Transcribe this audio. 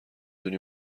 دونی